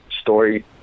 story